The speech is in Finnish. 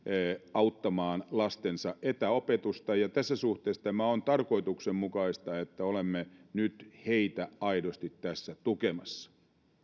auttamaan lastensa etäopetusta ja tässä suhteessa tämä on tarkoituksenmukaista että olemme nyt heitä aidosti tässä tukemassa